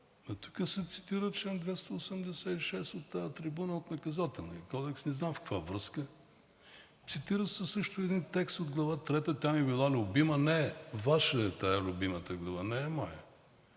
Тук се цитира от тази трибуна чл. 286 от Наказателния кодекс – не знам в каква връзка. Цитира се също един текст от Глава трета – тя ми била любима. Не, Ваша е тази любима глава, не е моя.